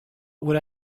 would